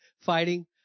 fighting